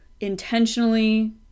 intentionally